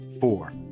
four